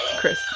Chris